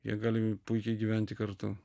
jie gali puikiai gyventi kartu